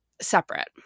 separate